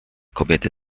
kobiety